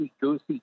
goosey